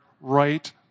right